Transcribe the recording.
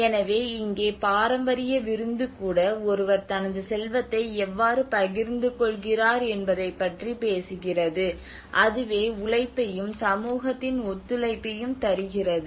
எனவே இங்கே பாரம்பரிய விருந்து கூட ஒருவர் தனது செல்வத்தை எவ்வாறு பகிர்ந்துகொள்கிறார் என்பதைப் பற்றி பேசுகிறது அதுவே உழைப்பையும் சமூகத்தின் ஒத்துழைப்பையும் தருகிறது